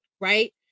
right